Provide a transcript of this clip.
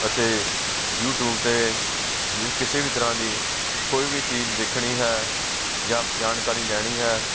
ਅਤੇ ਯੂਟਿਊਬ 'ਤੇ ਜਿਸ ਕਿਸੇ ਵੀ ਤਰ੍ਹਾਂ ਦੀ ਕੋਈ ਵੀ ਚੀਜ਼ ਦੇਖਣੀ ਹੈ ਜਾਂ ਜਾਣਕਾਰੀ ਲੈਣੀ ਹੈ